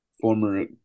former